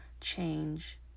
change